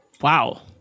Wow